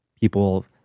People